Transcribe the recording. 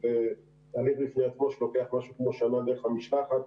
שזה הליך בפני עצמו שלוקח כשנה דרך המשלחת.